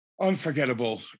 unforgettable